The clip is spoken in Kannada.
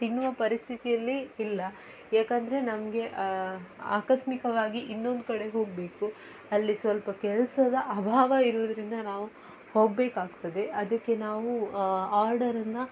ತಿನ್ನುವ ಪರಿಸ್ಥಿತಿಯಲ್ಲಿ ಇಲ್ಲ ಯಾಕೆಂದ್ರೆ ನಮಗೆ ಆಕಸ್ಮಿಕವಾಗಿ ಇನ್ನೊಂದು ಕಡೆ ಹೋಗಬೇಕು ಅಲ್ಲಿ ಸ್ವಲ್ಪ ಕೆಲಸದ ಅಭಾವ ಇರೋದ್ರಿಂದ ನಾವು ಹೋಗಬೇಕಾಗ್ತದೆ ಅದಕ್ಕೆ ನಾವು ಆರ್ಡರನ್ನು